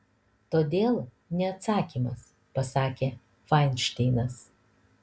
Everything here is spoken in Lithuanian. todėl ne atsakymas pasakė fainšteinas